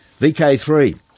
VK3